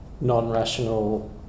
non-rational